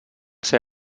ser